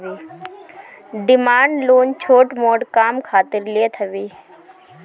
demand loan छोट मोट काम खातिर लेत हवे